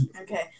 Okay